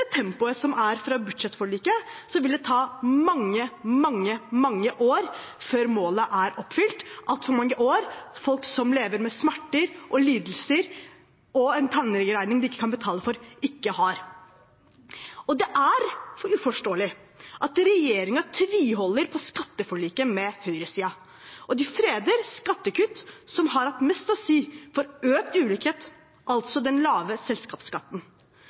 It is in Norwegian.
tempoet – som er fra budsjettforliket – vil det ta mange, mange år før målet er oppfylt. Altfor mange år for folk som lever med smerter og lidelser og en tannlegeregning de ikke kan betale for. Og det er uforståelig at regjeringen tviholder på skatteforliket med høyresiden. De freder skattekutt som har hatt mest å si for økt ulikhet, altså den lave selskapsskatten.